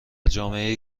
جامعهای